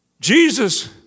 Jesus